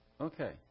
Okay